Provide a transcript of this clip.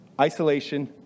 Isolation